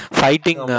fighting